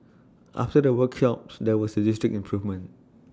after the workshops there was A distinct improvement